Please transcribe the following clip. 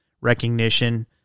recognition